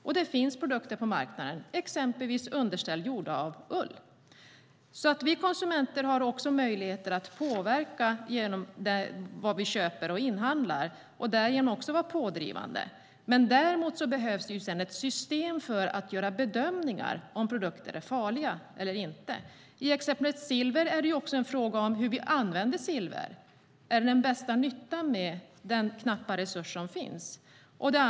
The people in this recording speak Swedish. Det finns sådana produkter på marknaden, exempelvis underställ gjorda av ull. Vi konsumenter har alltså möjlighet att påverka genom det vi köper och därigenom vara pådrivande. Det behövs dock ett system för att göra bedömningar av om produkter är farliga eller inte. I exemplet silver är det en fråga om hur vi använder silver. Är det den bästa nyttan med den knappa resurs som finns?